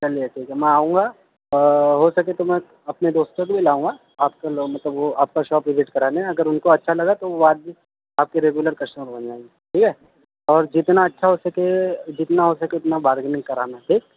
چلیے ٹھیک ہے میں آؤں گا ہو سکے تو میں اپنے دوستوں کو بھی لاؤں گا آپ کے مطلب وہ آپ کا شاپ وزٹ کرانے اگر ان کو اچھا لگا تو وہ آدمی آپ کے ریگولر کسٹمر بن جائیں گے ٹھیک ہے اور جتنا اچھا ہو سکے جتنا ہو سکے اتنا بارگننگ کرانا ٹھیک